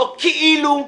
לא כאילו,